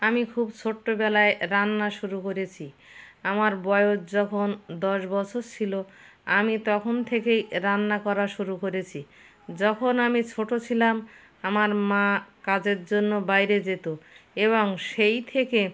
আমি খুব ছোট্টবেলায় রান্না শুরু করেছি আমার বয়জ যখন দশ বছর ছিল আমি তখন থেকেই রান্না করা শুরু করেছি যখন আমি ছোটো ছিলাম আমার মা কাজের জন্য বাইরে যেত এবং সেই থেকে